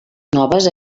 noves